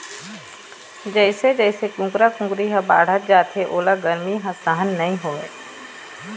जइसे जइसे कुकरा कुकरी ह बाढ़त जाथे ओला गरमी ह सहन नइ होवय